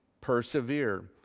persevere